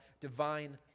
divine